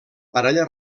parella